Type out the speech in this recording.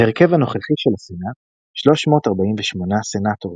בהרכב הנוכחי של הסנאט 348 סנאטורים.